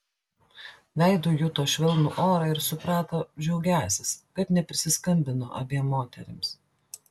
veidu juto švelnų orą ir suprato džiaugiąsis kad neprisiskambino abiem moterims